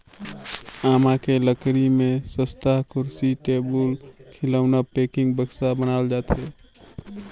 आमा के लकरी में सस्तहा कुरसी, टेबुल, खिलउना, पेकिंग, बक्सा बनाल जाथे